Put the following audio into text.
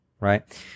right